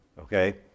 okay